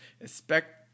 Expect